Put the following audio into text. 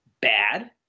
bad